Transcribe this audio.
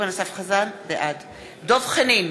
בעד דב חנין,